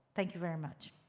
thank you very much.